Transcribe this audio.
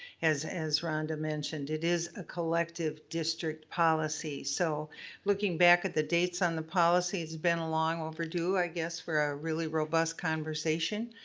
as as rhonda mentioned, it is a collective district policy, so looking back at the dates on the policy, it's been long overdue, i guess for a really robust conversation.